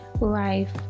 life